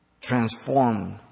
transform